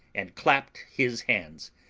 and clapped his hands,